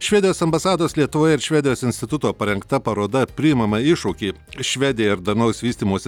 švedijos ambasados lietuvoje ir švedijos instituto parengta paroda priimame iššūkį ir švedija ir darnaus vystymosi